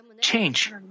change